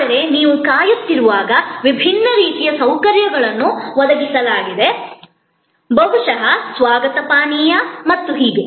ಆದರೆ ನೀವು ಕಾಯುತ್ತಿರುವಾಗ ವಿಭಿನ್ನ ರೀತಿಯ ಸೌಕರ್ಯಗಳನ್ನು ಒದಗಿಸಲಾಗಿದೆ ಬಹುಶಃ ಸ್ವಾಗತ ಪಾನೀಯ ಮತ್ತು ಹೀಗೆ